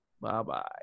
Bye-bye